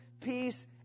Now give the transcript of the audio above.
peace